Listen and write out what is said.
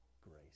grace